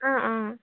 অ অ